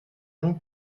nous